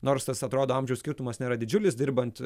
nors tas atrodo amžiaus skirtumas nėra didžiulis dirbant